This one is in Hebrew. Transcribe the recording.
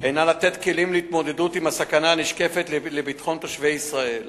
הינה לתת כלים להתמודדות עם הסכנה הנשקפת לביטחון תושבי ישראל